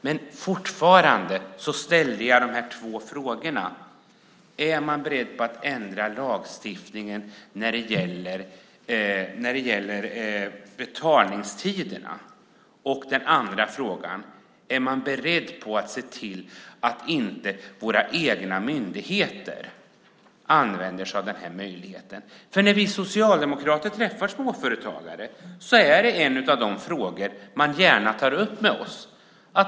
Men jag ställde två frågor: Är man beredd att ändra lagstiftningen när det gäller betalningstiderna? Är man beredd att se till att inte våra egna myndigheter använder sig av den här möjligheten? När vi socialdemokrater träffar småföretagare är det en av de frågor man gärna tar upp med oss.